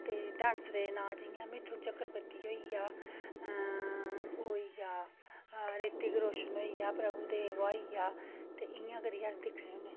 ते डांसरें दे नांऽ जि'यां मिथुन चक्रवर्ती होई गेआ ओह् होई गेआ रितिक रोशन होई गेआ प्रभुदेवा होई गेआ ते इ'यां करियै अस दिक्खने होन्ने